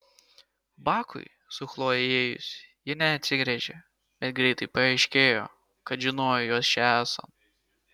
bakui su chloje įėjus ji neatsigręžė bet greitai paaiškėjo kad žinojo juos čia esant